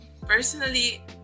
personally